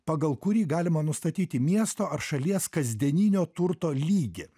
pagal kurį galima nustatyti miesto ar šalies kasdieninio turto lygį